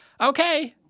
okay